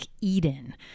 Eden